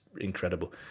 incredible